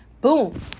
boom